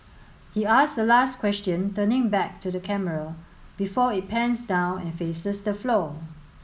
he asks the last question turning back to the camera before it pans down and faces the floor